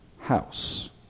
house